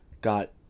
got